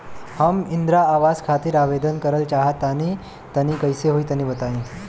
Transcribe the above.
हम इंद्रा आवास खातिर आवेदन करल चाह तनि कइसे होई तनि बताई?